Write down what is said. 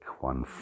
one